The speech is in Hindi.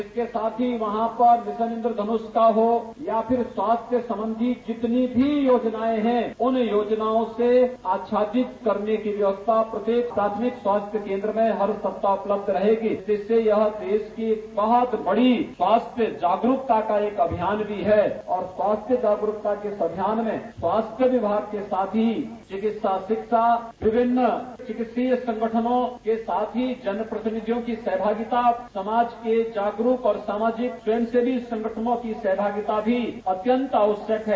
इसके साथ ही वहां पर मिशन इन्द्रधनुष का हो या फिर स्वास्थ्य संबंधी जितनी भी योजनाएं हैं उन योजनाओं से आच्छादित करने की व्यवस्था प्रत्येक प्राथमिक स्वास्थ्य केन्द्र में हर सप्ताह उपलब्ध रहेगी जिससे यह देश की बहुत बड़ी स्वास्थ्य जागरूकता का एक अभियान भी है और स्वास्थ्य जागरूकता के इस अभियान में स्वास्थ्य विभाग के साथ ही चिकित्सा शिक्षा विभिन्न चिकित्सीय संगठनों के साथ ही जनपतिनिधियों की सहभागिता समाज के जागरूक और सामाजिक स्वयं सेवी संगठनों की सहभागिता भी अत्यंत आवश्यक है